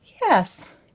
Yes